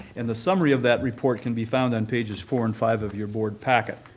and the summary of that report can be found on pages four and five of your board packet.